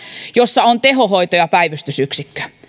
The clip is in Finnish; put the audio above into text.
jossa on tehohoito ja päivystysyksikkö